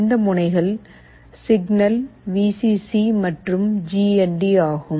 இந்த முனைகள் signal VCC மற்றும் ஜி என் டி ஆகும்